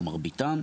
או מרביתם,